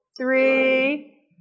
three